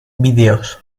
videos